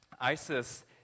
ISIS